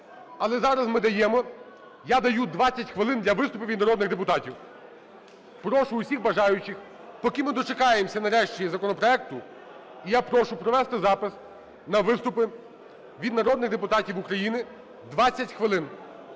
Але зараз ми даємо, я даю 20 хвилин для виступів від народних депутатів. Прошу всіх бажаючих, поки ми дочекаємося, нарешті, законопроекту, і я прошу провести запис на виступи від народних депутатів України, 20 хвилин.